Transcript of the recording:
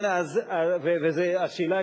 והשאלה,